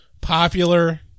popular